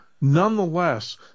nonetheless